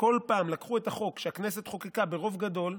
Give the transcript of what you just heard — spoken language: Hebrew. כל פעם לקחו את החוק שהכנסת חוקקה ברוב גדול,